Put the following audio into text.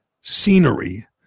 scenery